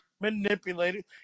Manipulated